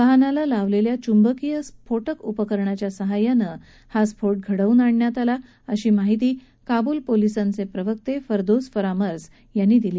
वाहनाला लावलेल्या चंबकीय स्फोटक उपकरणाच्या सहाय्यानं हा स्फोट घडवून आणला अशी माहिती काब्ल पोलिसांचे प्रवक्ते फर्दोस फरामई़ यांनी दिली